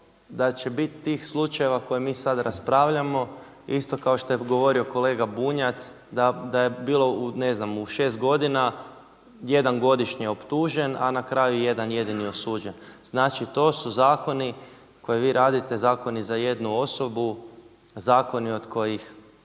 da će biti tih slučajeva koje mi sada raspravljamo isto kao što je govorio kolega Bunjac da je bilo ne znam u šest godina jedan godišnje optužen, a na kraju jedan jedini osuđen. Znači to su zakoni koje vi radite, zakoni za jednu osobu, zakoni od kojih